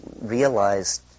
realized